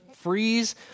freeze